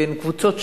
בין קבוצות שונות.